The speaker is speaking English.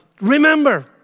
remember